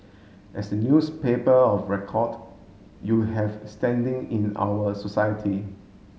as the newspaper of record you have standing in our society